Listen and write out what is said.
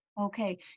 Okay